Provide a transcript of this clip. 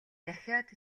дахиад